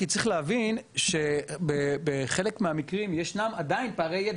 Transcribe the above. כי צריך להבין שבחלק מהמקרים ישנם עדיין פערי ידע.